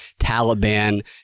Taliban